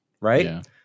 right